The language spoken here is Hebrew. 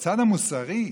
בצד המוסרי,